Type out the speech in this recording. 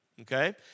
Okay